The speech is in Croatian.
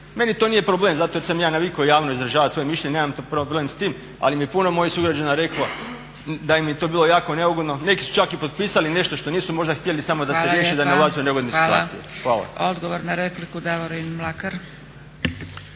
Meni to nije problem zato jer sam ja navikao javno izražavat svoje mišljenje, nemam problem s tim ali mi je puno mojih sugrađana reklo da im je to bilo je jako neugodno. Neki su čak i potpisali nešto što nisu možda htjeli samo da se riješe, da ne ulaze u neugodne situacije. **Zgrebec, Dragica